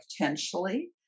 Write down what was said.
potentially